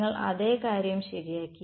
നിങ്ങൾ അതേ കാര്യം ശരിയാക്കി